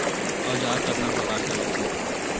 औजार कतना प्रकार के होथे?